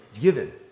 given